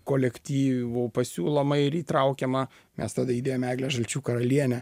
kolektyvų pasiūloma ir įtraukiama mes tada įdėjom eglę žalčių karalienę